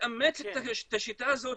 לאמץ את השיטה הזאת